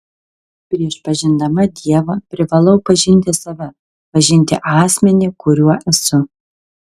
prieš pažindama dievą privalau pažinti save pažinti asmenį kuriuo esu